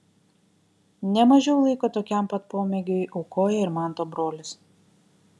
ne mažiau laiko tokiam pat pomėgiui aukoja ir manto brolis